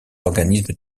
organismes